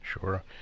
Sure